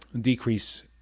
decrease